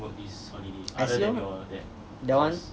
I see how lah that one